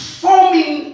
forming